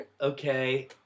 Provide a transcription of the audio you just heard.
Okay